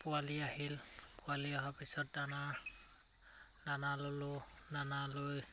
পোৱালি আহিল পোৱালি অহাৰ পিছত দানা দানা ল'লোঁ দানা লৈ